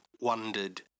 wondered